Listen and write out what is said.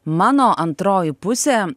mano antroji pusė